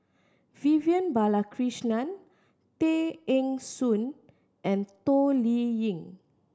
Vivian Balakrishnan Tay Eng Soon and Toh Liying